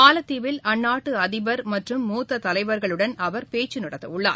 மாலத்தீவில் அந்நாட்டுஅதிபர் மற்றும் மூத்ததலைவர்களுடன் அவர் பேச்சுநடத்தவுள்ளார்